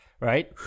Right